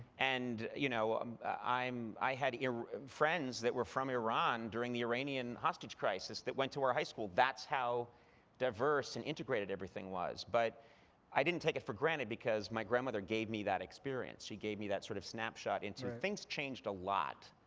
and you know ah um i had friends that were from iran during the iranian hostage crisis that went to our high school. that's how diverse and integrated everything was. but i didn't take it for granted, because my grandmother gave me that experience. she gave me that sort of snapshot into things changed a lot.